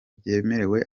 byemerewe